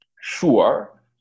sure